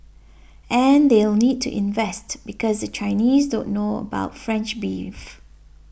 and they'll need to invest because the Chinese don't know about French beef